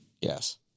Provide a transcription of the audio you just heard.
Yes